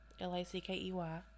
L-A-C-K-E-Y